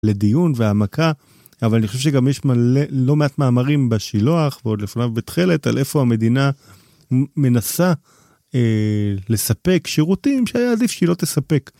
לדיון והעמקה, אבל אני חושב שגם יש לא מעט מאמרים בשילוח ועוד לפני ובתחילת על איפה המדינה מנסה לספק שירותים שהיה עדיף שהיא לא תספק.